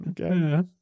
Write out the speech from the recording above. Okay